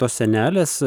tos senelės